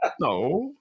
No